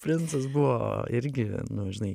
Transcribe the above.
princas buvo irgi nu žinai